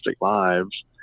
lives